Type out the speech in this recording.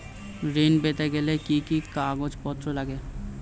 ঋণ পেতে গেলে কি কি কাগজপত্র লাগে?